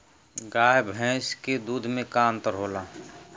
गाय भैंस के दूध में का अन्तर होला?